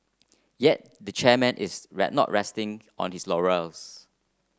yet the chairman is right not resting on his laurels